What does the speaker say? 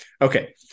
Okay